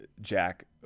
Jack